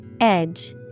Edge